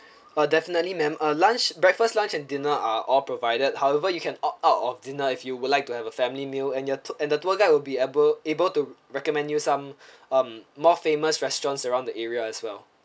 uh definitely ma'am uh lunch breakfast lunch and dinner are all provided however you can opt out of dinner if you would like to have a family meal and you have and the tour guide will be able able to recommend you some um more famous restaurants around the area as well